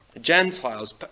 Gentiles